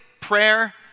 prayer